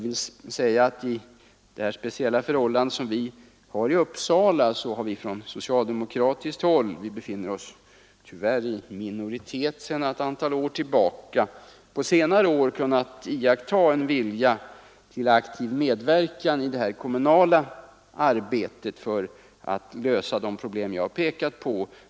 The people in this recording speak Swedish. I den speciella situation som råder i Uppsala har vi på socialdemo kratiskt håll — vi befinner oss tyvärr i minoritet sedan ett antal år tillbaka — under senare år kunnat iaktta en vilja till aktiv medverkan av den borgerliga majoriteten i detta kommunala arbete för att lösa det problem jag pekar på.